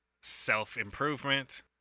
self-improvement